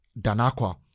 Danakwa